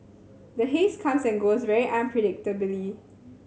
the haze comes and goes very unpredictably